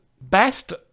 best